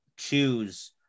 choose